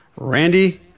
randy